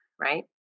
right